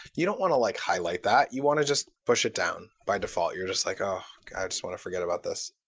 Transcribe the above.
you don't want to like highlight that. you want to just push it down by default. you're just like, oh, i just want to forget about this.